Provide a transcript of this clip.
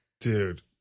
dude